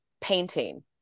painting